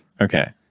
Okay